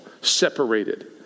separated